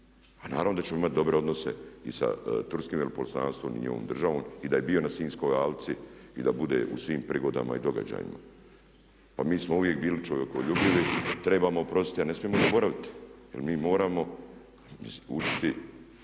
A naravno da ćemo imati dobre odnose i sa turskim veleposlanstvom i njihovom državom i da je bio na Sinjskoj alci i da bude u svim prigodama i događajima. Pa mi smo uvijek bili čovjekoljubivi, trebamo oprostiti, ali ne smijemo zaboraviti jer mi moramo učiti